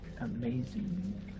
amazing